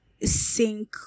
sink